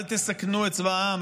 אל תסכנו את צבא העם.